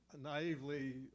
naively